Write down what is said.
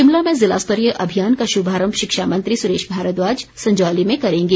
शिमला में ज़िला स्तरीय अभियान का शुभारम्भ शिक्षा मंत्री सुरेश भारद्वाज संजौली में करेंगे